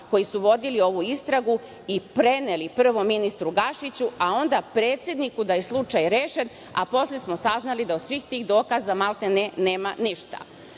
koji su vodili ovu istragu i preneli, prvo ministru Gašiću, a onda predsedniku da je slučaj rešen, a posle smo saznali da od svih tih dokaza za maltene nema